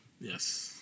Yes